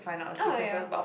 ah ya